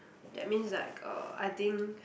that means like uh I think